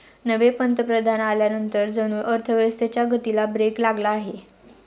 नवे पंतप्रधान आल्यानंतर जणू अर्थव्यवस्थेच्या गतीला ब्रेक लागला आहे